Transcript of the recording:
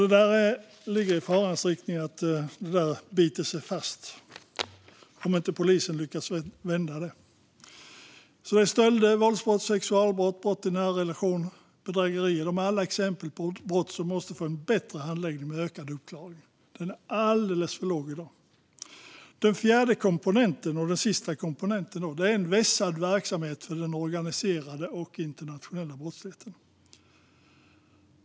Det ligger i farans riktning att det biter sig fast - om inte polisen lyckas vända på det hela. Stölder, våldsbrott, sexualbrott, brott i nära relation och bedrägerier är alla exempel på brott som måste få en bättre handläggning med ökad uppklaring. Den är alldeles för låg i dag. Den fjärde komponenten är en vässad verksamhet för den organiserade och internationella brottsligheten.